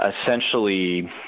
essentially